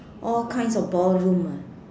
all kinds of ballroom ah